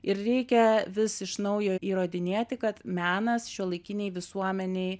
ir reikia vis iš naujo įrodinėti kad menas šiuolaikinėj visuomenėj